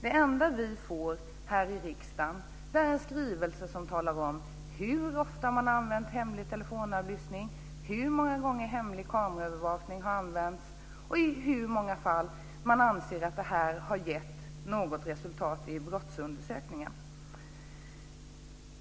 Det enda vi får i riksdagen är en skrivelse som talar om hur ofta hemlig telefonavlyssning har använts, hur många gånger hemlig kameraövervakning har använts och i hur många fall man anser att det har gett något resultat i brottsundersökningen.